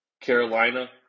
Carolina